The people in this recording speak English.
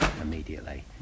immediately